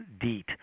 DEET